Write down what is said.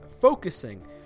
focusing